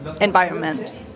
environment